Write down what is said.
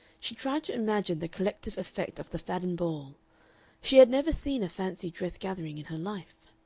she tried to imagine the collective effect of the fadden ball she had never seen a fancy-dress gathering in her life.